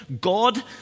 God